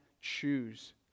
choose